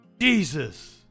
Jesus